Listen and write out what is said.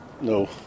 No